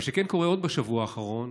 מה שכן קורה בשבוע האחרון: